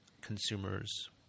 consumers